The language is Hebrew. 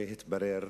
והתברר